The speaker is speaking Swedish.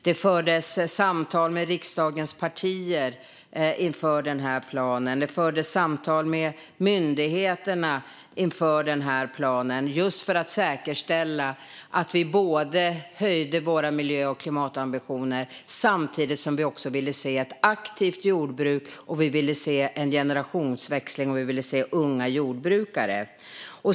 Det fördes samtal med riksdagens partier inför denna plan, och det fördes samtal med myndigheterna inför denna plan just för att säkerställa att vi höjde våra miljö och klimatambitioner samtidigt som vi också ville se ett aktivt jordbruk, en generationsväxling och unga jordbrukare.